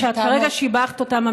שאת כרגע שיבחת אותן.